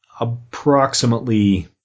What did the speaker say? approximately